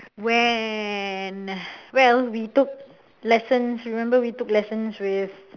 when well we took lessons remember we took lessons with